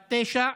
בת תשע,